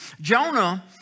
Jonah